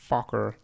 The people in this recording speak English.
Fucker